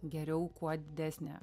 geriau kuo didesnė